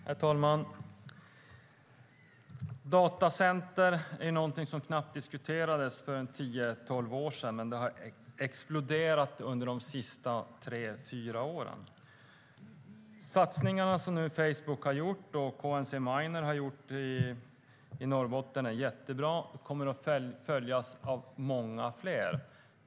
Herr talman! Datacenter är något som knappt diskuterades för tio tolv år sedan, men de har exploderat i antal under de senaste tre fyra åren. Satsningarna som Facebook och KNC Miner har gjort i Norrbotten är bra och kommer att följas av många fler.